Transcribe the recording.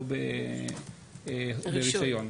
ברישיון.